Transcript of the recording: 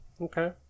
Okay